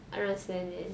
I don't understand it